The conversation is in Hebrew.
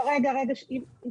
לא, רגע, ברשותכם.